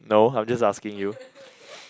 no I was just asking you